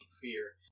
Fear